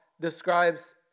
describes